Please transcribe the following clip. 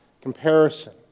comparison